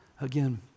again